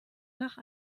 nach